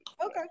okay